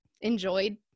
enjoyed